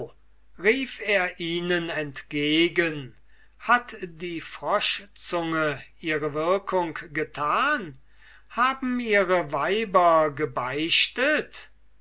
rief er ihnen entgegen hat die froschzunge ihre wirkung getan haben ihre weiber gebeichtet